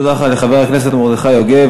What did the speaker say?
תודה לך, חבר הכנסת מרדכי יוגב.